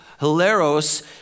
hilaros